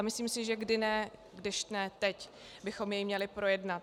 Myslím si, že kdy jindy, když ne teď, bychom jej měli projednat.